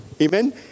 Amen